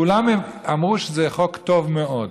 כולם אמרו שזה חוק טוב מאוד.